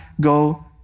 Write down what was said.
go